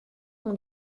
mon